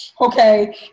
Okay